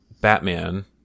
Batman